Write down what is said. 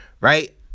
Right